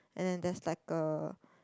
and then that's like a